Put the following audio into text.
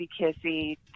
kissy